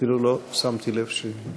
אפילו לא שמתי לב.